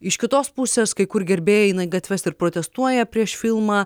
iš kitos pusės kai kur gerbėjai eina į gatves ir protestuoja prieš filmą